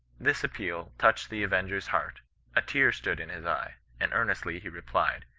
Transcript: this appeal touched the avenger's heart a tear stood in his eye and earnestly he replied,